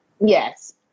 Yes